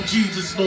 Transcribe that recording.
Jesus